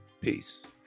Peace